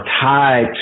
tied